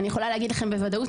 אני יכולה להגיד לכם בוודאות,